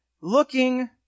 looking